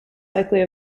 likely